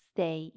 Stay